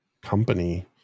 company